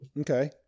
Okay